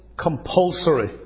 compulsory